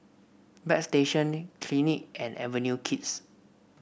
Bagstationz Clinique and Avenue Kids